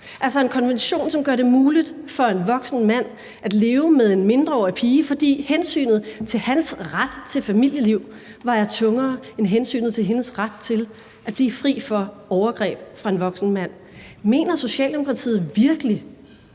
altså en konvention, som gør det muligt for en voksen mand at leve med en mindreårig pige, fordi hensynet til hans ret til familieliv vejer tungere end hensynet til hendes ret til at blive fri for overgreb fra en voksen mand. Mener Socialdemokratiet virkelig,